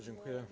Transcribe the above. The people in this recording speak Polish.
Dziękuję.